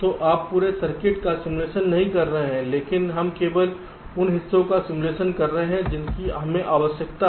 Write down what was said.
तो आप पूरे सर्किट का सिमुलेशन नहीं कर रहे हैं लेकिन हम केवल उन हिस्सों का सिमुलेशन कर रहे हैं जिनकी आवश्यकता है